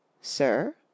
Sir